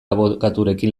abokaturekin